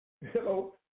Hello